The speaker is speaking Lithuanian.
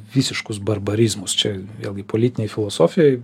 visiškus barbarizmus čia vėlgi politinėj filosofijoj